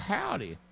Howdy